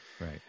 Right